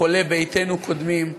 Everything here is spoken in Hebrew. חולי ביתנו קודמים,